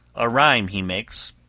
a rime he makes,